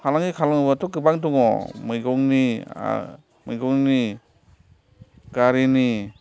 फालांगि खालामोबाथ' गोबां दङ' मैगंनि मैगंनि गारिनि